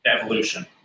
evolution